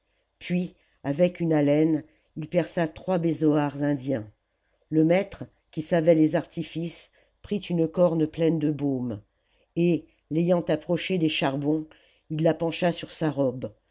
puis avec une alêne il perça trois besoars indiens le maître qui savait les artifices prit une corne pleine de baume et l'ayant approchée des charbons il la pencha sur sa robe